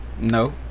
No